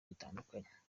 bitandukanye